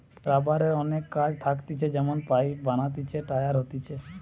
রাবারের অনেক কাজ থাকতিছে যেমন পাইপ বানাতিছে, টায়ার হতিছে